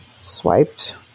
swiped